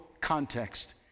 context